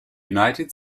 united